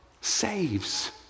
saves